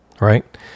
right